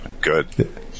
good